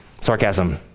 Sarcasm